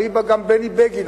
אליבא גם בני בגין,